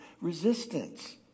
resistance